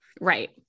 right